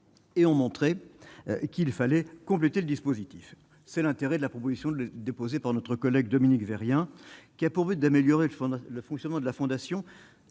et ont montré qu'il fallait compléter le dispositif, c'est l'intérêt de la proposition de déposé par notre collègue Dominique veut rien qui a pour but d'améliorer le fond dans le fonctionnement de la fondation